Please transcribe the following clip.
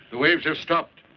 the waves have stopped,